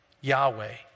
Yahweh